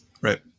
Right